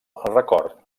record